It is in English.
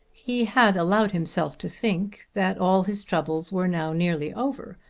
he had allowed himself to think that all his troubles were now nearly over,